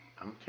Okay